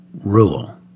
rule